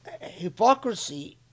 Hypocrisy